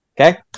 Okay